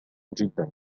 جدا